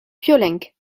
piolenc